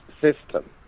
system